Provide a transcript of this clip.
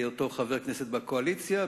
בהיותו חבר הכנסת בקואליציה,